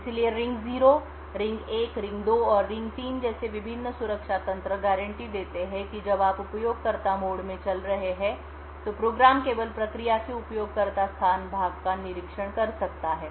इसलिए ring 0 ring 1 ring 2 और ring 3 जैसे विभिन्न सुरक्षा तंत्र गारंटी देते हैं कि जब आप उपयोगकर्ता मोड में चल रहे हैं तो प्रोग्राम केवल प्रक्रिया के उपयोगकर्ता स्थान भाग का निरीक्षण कर सकता है